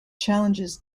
challenges